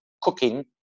cooking